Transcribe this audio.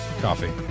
coffee